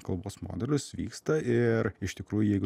kalbos modelius vyksta ir iš tikrųjų jeigu